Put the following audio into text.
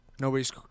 Nobody's